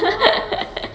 oh